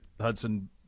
Hudson –